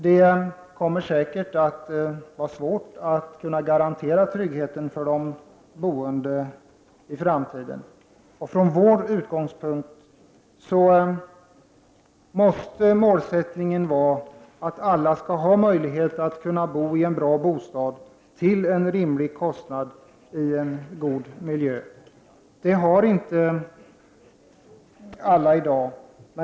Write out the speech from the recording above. Det kommer säkert att vara svårt att kunna garantera tryggheten för boende. Från vår utgångspunkt måste målsättningen vara att alla skall ha möjlighet att bo i en bra bostad, till en rimlig kostnad, i en god miljö. Denna möjlighet har inte alla i dag.